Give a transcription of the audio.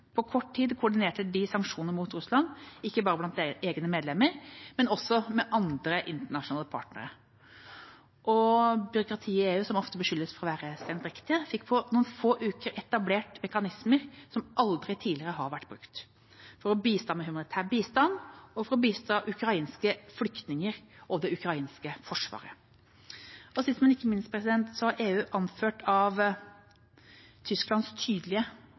På kort tid koordinerte de sanksjoner mot Russland, ikke bare blant egne medlemmer, men også med andre internasjonale partnere. Byråkratiet i EU, som ofte beskyldes for å være sendrektig, fikk på noen få uker etablert mekanismer som aldri tidligere har vært brukt, for å bistå med humanitær bistand og for å bistå ukrainske flyktninger og det ukrainske forsvaret. Sist, men ikke minst har EU, anført av Tysklands tydelige